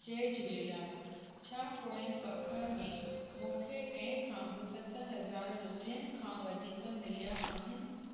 जय झूलेलाल छा पोइ पख में मूंखे कंहिंखा बि सत हज़ार रुपियनि खां वधीक मिलिया आहिनि